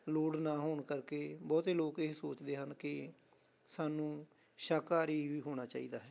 ਲੋੜ ਨਾ ਹੋਣ ਕਰਕੇ ਬਹੁਤੇ ਲੋਕ ਇਹ ਸੋਚਦੇ ਹਨ ਕਿ ਸਾਨੂੰ ਸ਼ਾਕਾਹਾਰੀ ਵੀ ਹੋਣਾ ਚਾਹੀਦਾ ਹੈ